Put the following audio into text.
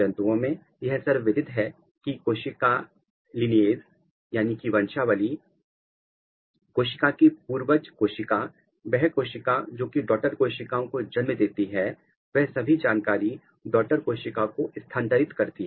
जंतुओं में यह सर्वविदित है की सेल लीनिएज वंशावली मतलब कोशिका की पूर्वज कोशिका वह कोशिका जोकि डॉटर कोशिकाओं को जन्म देती है वह सभी जानकारी डॉटर कोशिका को स्थानांतरित करती है